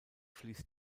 fließt